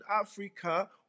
Africa